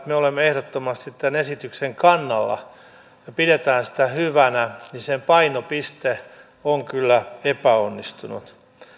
me kristillisdemokraatit olemme ehdottomasti tämän esityksen kannalla ja pidämme sitä hyvänä sen painopiste on kyllä epäonnistunut